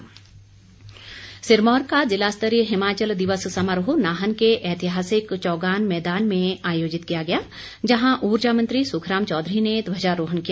नाहन दिवस सिरमौर का ज़िला स्तरीय हिमाचल दिवस समारोह नाहन के ऐतिहासिक चौगान मैदान में आयोजित किया गया जहां ऊर्जा मंत्री सुखराम चौधरी ने ध्वजारोहण किया